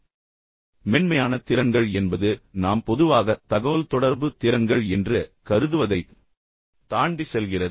ஏனென்றால் மென்மையான திறன்கள் என்பது நாம் பொதுவாக தகவல்தொடர்பு திறன்கள் என்று கருதுவதைத் தாண்டிச் செல்கிறது